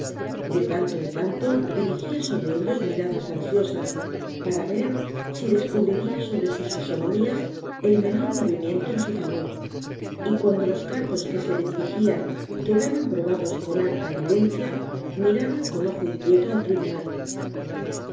de tanto en tanto dirijia sobre ellos miradas ansiosas para ver si descubriria sobre sus fisonomias el menor movimiento en su favor y cuando los cargos que se le dirijian quedaban probados con harta evidencia miraba con ojo inquieto al tribunal